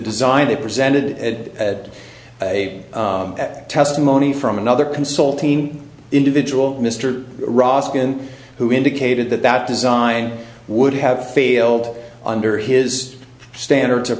design they presented had a testimony from another consulting individual mr ross in who indicated that that design would have failed under his standards of